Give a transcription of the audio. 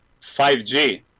5G